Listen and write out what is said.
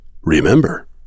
Remember